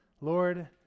Lord